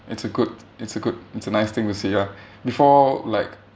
it's a good it's a good it's a nice thing to see ah before like